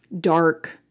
dark